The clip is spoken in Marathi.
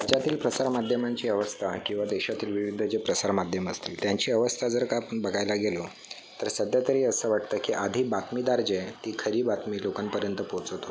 राज्यातील प्रसार माध्यमांची अवस्था किंवा देशातील विविध जे प्रसार माध्यमं असतील त्यांची अवस्था जर का आपण बघायला गेलो तर सध्या तरी असं वाटतं की आधी बातमीदार जे आहे ती खरी बातमी लोकांपर्यंत पोहोचवत होते